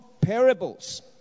parables